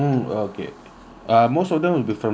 uh most of them will be from singapore or